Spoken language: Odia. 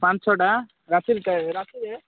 ପାଞ୍ଚ ଛଅଟା ରାତିରଟାଏ ରାତିରେ